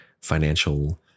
financial